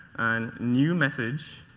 and new message.